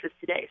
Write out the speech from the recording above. today